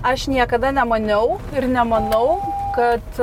aš niekada nemaniau ir nemanau kad